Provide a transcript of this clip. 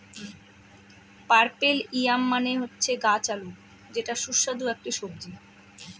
purple yam মানে হচ্ছে গাছ আলু যেটা সুস্বাদু একটি সবজি